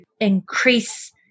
increase